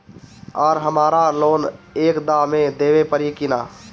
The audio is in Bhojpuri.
आर हमारा लोन एक दा मे देवे परी किना?